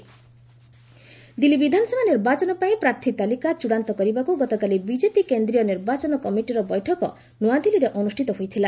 BJP election committee Delhi ବିଧାନସଭା ନିର୍ବାଚନ ପାଇଁ ପ୍ରାର୍ଥୀ ତାଲିକା ଚୃଡ଼ାନ୍ତ କରିବାକୁ ଗତକାଲି ବିଜେପି କେନ୍ଦ୍ରୀୟ ନିର୍ବାଚନ କମିଟିର ବୈଠକ ନ୍ତଆଦିଲ୍ଲୀରେ ଅନୁଷ୍ଠିତ ହୋଇଥିଲା